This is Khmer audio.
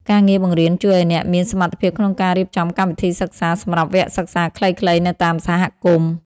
ការងារបង្រៀនជួយឱ្យអ្នកមានសមត្ថភាពក្នុងការរៀបចំកម្មវិធីសិក្សាសម្រាប់វគ្គសិក្សាខ្លីៗនៅតាមសហគមន៍។